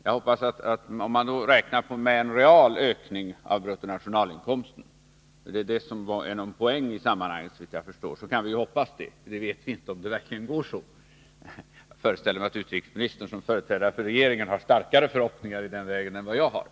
Jag hoppas att man då räknar med en real ökning av bruttonationalinkomsten. Det var detta som var poängen, såvitt jag förstår, och det kan vi ju hoppas på. Vi vet inte om det blir på det sättet. Jag föreställer mig att utrikesministern som företrädare för regeringen har starkare förhoppningar i den vägen än vad jag har.